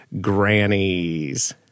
Grannies